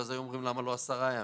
ואז היו אומרים: למה לא עשרה ימים?